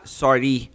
sorry